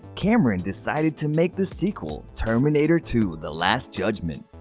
cameron decided to make the sequel, terminator two the last judgment.